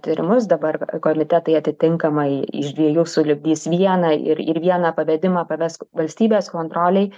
tyrimus dabar komitetai atitinkamai iš dviejų sulipdys vieną ir ir vieną pavedimą paves valstybės kontrolei